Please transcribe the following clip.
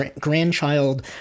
grandchild